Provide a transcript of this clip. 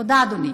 תודה, אדוני.